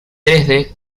dresde